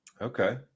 Okay